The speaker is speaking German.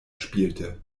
spielte